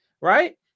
right